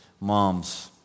moms